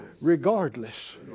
regardless